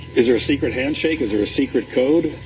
is there a secret handshake? is there a secret code?